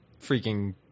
freaking